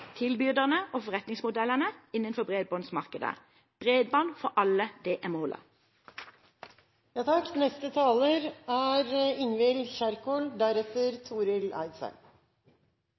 tilbyderne og forretningsmodellene innenfor bredbåndsmarkedet. Bredbånd for alle er